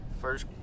first